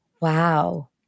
Wow